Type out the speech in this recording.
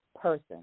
person